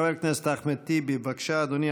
חבר הכנסת אחמד טיבי, בבקשה, אדוני.